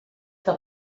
que